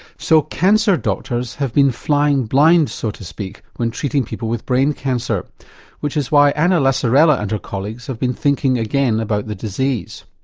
so cancer doctors have been flying blind so to speak when treating people with brain cancer which is why anna lasorella and her colleagues have been thinking again about the disease.